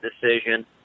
decision